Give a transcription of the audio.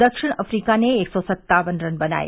दक्षिण अफ्रीका ने एक सौ सत्तावन रन बनाये